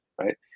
Right